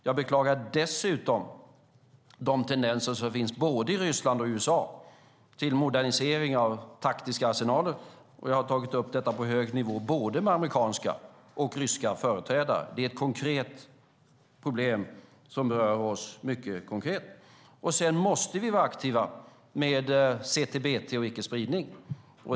Jag beklagar dessutom de tendenser som finns både i Ryssland och i USA till modernisering av taktiska arsenaler. Jag har tagit upp detta på hög nivå med både amerikanska och ryska företrädare. Det är ett problem som rör oss mycket konkret. Sedan måste vi vara aktiva med CTBT och icke-spridning.